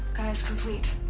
gaia's complete